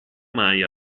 mai